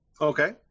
Okay